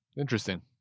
Interesting